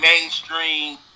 mainstream